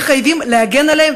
וחייבים להגן עליהם,